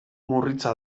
murritza